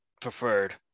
preferred